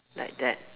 like that